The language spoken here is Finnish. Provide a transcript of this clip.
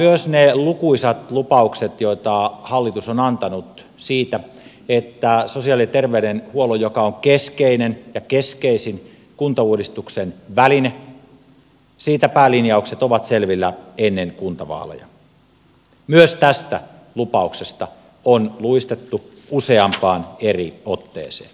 myös niistä lukuisista lupauksista joita hallitus on antanut siitä että sosiaali ja terveydenhuollon joka on keskeinen ja keskeisin kuntauudistuksen väline päälinjaukset ovat selvillä ennen kuntavaaleja on luistettu useampaan eri otteeseen